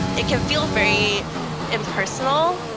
it can feel very impersonal.